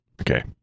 Okay